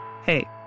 Hey